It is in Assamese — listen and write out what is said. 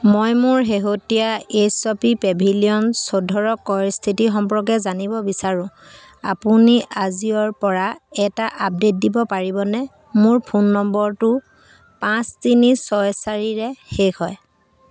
মই মোৰ শেহতীয়া এইচ পি পেভিলিয়ন চৈধ্যৰ ক্ৰয়ৰ স্থিতি সম্পৰ্কে জানিব বিচাৰো আপুনি আজিঅ'ৰ পৰা এটা আপডে'ট দিব পাৰিবনে মোৰ ফোন নম্বৰটো পাঁচ তিনি ছয় চাৰিৰে শেষ হয়